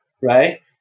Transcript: right